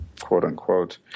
quote-unquote